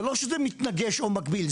זה לא שזה מתנגש או מקביל,